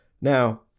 Now